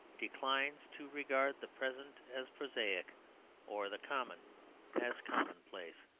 declines to regard the present as prosaic or the common as commonplace.